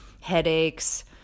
headaches